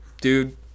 dude